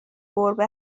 گربه